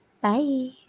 Bye